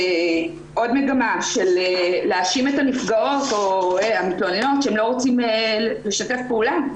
יש מגמה להאשים את הנפגעות או המתלוננות בכך שהן לא רוצות לשתף פעולה,